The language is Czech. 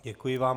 Děkuji vám.